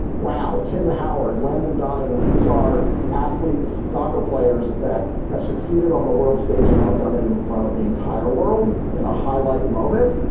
wow, tim howard, landon donovan, these are athletes, soccer players that have succeeded on the world stage and now done it in front of the entire world in a highlight moment.